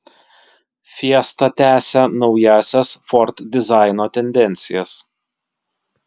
fiesta tęsia naująsias ford dizaino tendencijas